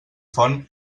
font